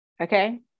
Okay